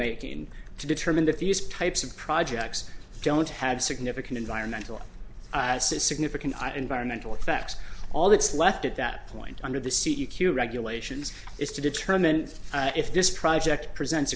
making to determine the fewest types of projects don't have significant environmental significant environmental effects all that's left at that point under the c e q regulations is to determine if this project present